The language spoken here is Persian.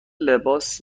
لباس